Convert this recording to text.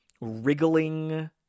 wriggling